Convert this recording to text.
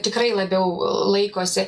tikrai labiau laikosi